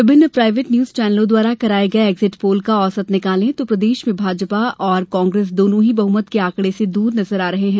सात अलग अलग चैनलों द्वारा कराये गये एक्जिट पोल का औसत निकाले तो प्रदेश में भाजपा और कांग्रेस दोनो ही बहुमत के आंकड़े से दूर नजर आ रहे हैं